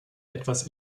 etwas